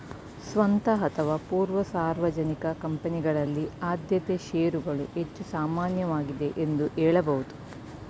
ಸ್ವಂತ ಅಥವಾ ಪೂರ್ವ ಸಾರ್ವಜನಿಕ ಕಂಪನಿಗಳಲ್ಲಿ ಆದ್ಯತೆ ಶೇರುಗಳು ಹೆಚ್ಚು ಸಾಮಾನ್ಯವಾಗಿದೆ ಎಂದು ಹೇಳಬಹುದು